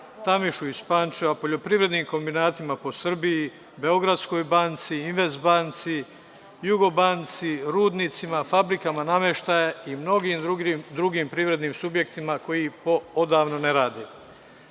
„Tamišu“ iz Pančeva, poljoprivrednim kombinatima po Srbiji, Beogradskoj banci, Invest banci, Jugobanci, rudnicima, fabrikama nameštaja i mnogim drugim privrednim subjektima koji odavno ne